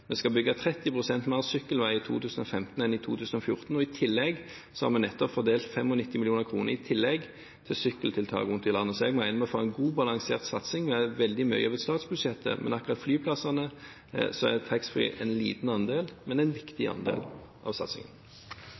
Vi skal bygge 30 pst. mer sykkelvei i 2015 enn i 2014, og i tillegg har vi nettopp fordelt 95 mill. kr til sykkeltiltak rundt om i landet. Så jeg mener vi får en god, balansert satsing, og veldig mye over statsbudsjettet, men for akkurat flyplassene er taxfree en liten, men en viktig andel av satsingen.